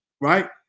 right